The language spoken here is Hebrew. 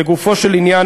לגופו של עניין,